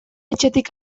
etxetik